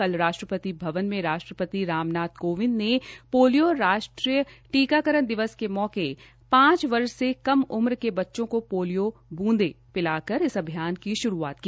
कल राष्ट्रपति भवन मे राष्ट्रपति राम नाथ कोविंद ने पोलियो राष्ट्रीय टीकाकरण दिवस के मौके पांच वर्ष से कम उम्र के बच्चों को पोलियों बूंद पिलाकर इस अभियान की शुरुआत की